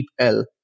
DeepL